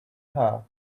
her